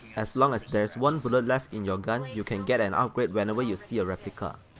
as long as there's one bullet left in your gun, you can get an upgrade whenever you see a replica.